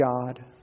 God